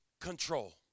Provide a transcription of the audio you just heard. control